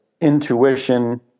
intuition